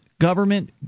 Government